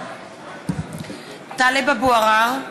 (קוראת בשמות חברי הכנסת) טלב אבו עראר,